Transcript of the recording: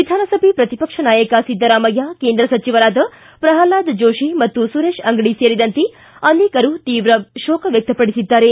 ವಿಧಾನಸಭೆ ಪ್ರತಿಪಕ್ಷ ನಾಯಕ ಿದ್ದರಾಮಯ್ಯ ಕೇಂದ್ರ ಸಚಿವರಾದ ಪ್ರಲ್ವಾದ್ ಜೋತಿ ಮತ್ತು ಸುರೇಶ್ ಅಂಗಡಿ ಸೇರಿದಂತೆ ಅನೇಕರು ತೀವ್ರ ಶೋಕ ವ್ವಕ್ತಪಡಿಸಿದ್ದಾರೆ